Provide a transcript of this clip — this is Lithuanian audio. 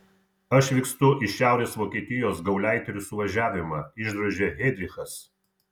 aš vykstu į šiaurės vokietijos gauleiterių suvažiavimą išdrožė heidrichas